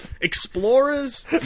explorers